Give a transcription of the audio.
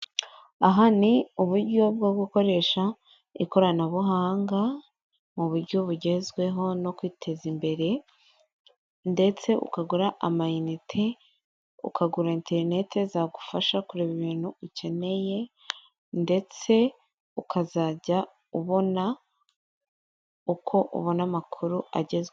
Aha ni uburyo bwo gukoresha ikoranabuhanga mu buryo bugezweho no kwiteza imbere ndetse ukagura amayinite, ukagura interinete zagufasha kureba ibintu ukeneye ndetse ukazajya ubona uko ubona amakuru agezweho.